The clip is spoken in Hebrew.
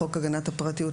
בחוק הגנת הפרטיות,